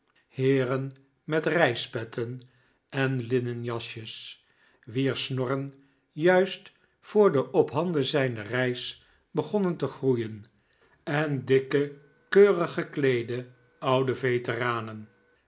heeren met reispetten en linnen jasjes wier snorren juist voor de ophanden zijnde reis begonnen te groeien en dikke keurig gekleede oude veteranen